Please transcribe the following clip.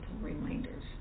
reminders